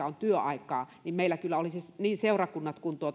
on työaikaa niin meillä kyllä olisivat niin seurakunnat kuin